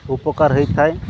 ଉପକାର ହୋଇଥାଏ